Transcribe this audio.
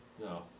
No